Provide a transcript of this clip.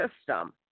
system